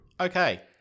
Okay